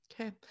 okay